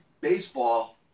baseball